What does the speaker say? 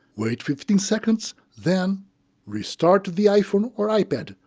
wait fifteen seconds, then restart the iphone or ipad,